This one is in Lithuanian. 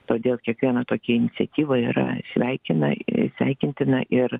todėl kiekviena tokia iniciatyva yra sveikina sveikintina ir